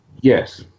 yes